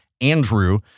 Andrew